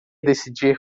decidir